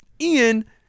Ian